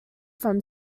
from